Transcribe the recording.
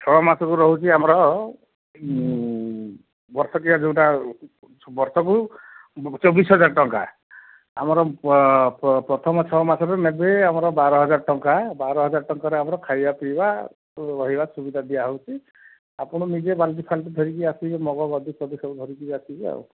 ଛଅ ମାସକୁ ରହୁଛି ଆମର ବର୍ଷିକିଆ ଯେଉଁଟା ବର୍ଷକୁ ଚବିଶ ହଜାର ଟଙ୍କା ଆମର ପ୍ରଥମ ଛଅ ମାସରେ ନେବେ ଆମର ବାର ହଜାର ଟଙ୍କା ବାର ହଜାର ଟଙ୍କାରେ ଆମର ଖାଇବା ପିଇବା ରହିବା ସୁବିଧା ଦିଆ ହେଉଛି ଆପଣ ନିଜେ ବାଲ୍ଟି ଫାଲ୍ଟି ଧରିକି ଆସିବେ ମଗ୍ ଗଦି ଫଦି ସବୁ ଧରିକରି ଆସିବେ ଆଉ